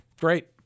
great